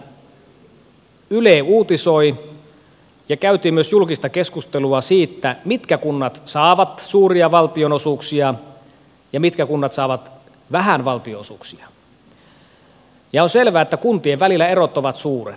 loppukesästä yle uutisoi ja käytiin myös julkista keskustelua siitä mitkä kunnat saavat suuria valtionosuuksia ja mitkä kunnat saavat vähän valtionosuuksia ja on selvää että kuntien välillä erot ovat suuret